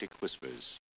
whispers